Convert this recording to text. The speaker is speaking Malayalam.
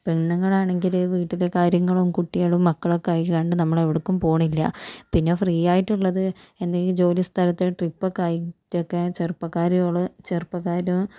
പെണ്ണുങ്ങളാണെങ്കിൽ വീട്ടിലെ കാര്യങ്ങളും കുട്ടികളും മക്കളൊക്കെ ആയിട്ട് നമ്മളെവിടേക്കും പോണില്ല പിന്നെ ഫ്രീയായിട്ടുള്ളത് എന്തെങ്കിലും ജോലിസ്ഥലത്തെ ട്രിപ്പൊക്കെ ആയിട്ടൊക്കെ ചെറുപ്പക്കാരികൾ ചെറുപ്പക്കാരും